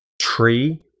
tree